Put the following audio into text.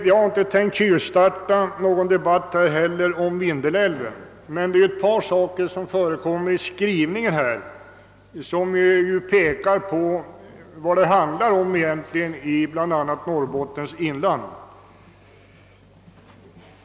Jag ämnar inte tjuvstarta någon debatt om Vindelälven, men det är ett par formuleringar i allmänna beredningsutskottets skrivning i ärendet som pekar på vad det egentligen handlar om bl.a. i Norrbottens inland.